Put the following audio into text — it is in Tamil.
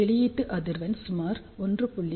வெளியீட்டு அதிர்வெண் சுமார் 1